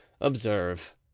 Observe